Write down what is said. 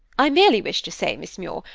i merely wish to say, miss muir,